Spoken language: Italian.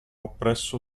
oppresso